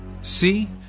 See